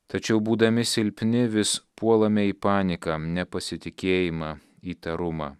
tačiau būdami silpni vis puolame į paniką nepasitikėjimą įtarumą